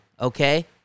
Okay